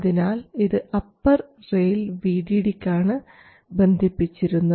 അതിനാൽ ഇത് upper rail VDD ക്കാണ് ബന്ധിപ്പിച്ചിരുന്നത്